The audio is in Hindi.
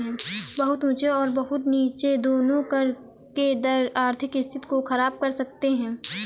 बहुत ऊँचे और बहुत नीचे दोनों कर के दर आर्थिक स्थिति को ख़राब कर सकते हैं